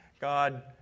God